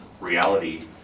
reality